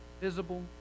visible